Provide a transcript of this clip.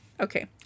Okay